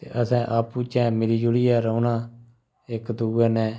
असें आपूं बिच्चें मिली जुली ऐ रौह्ना इक दूऐ कन्नै